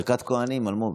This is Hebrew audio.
ברכת כוהנים, אלמוג.